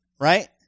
right